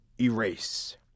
Erase